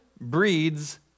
breeds